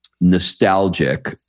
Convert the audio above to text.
nostalgic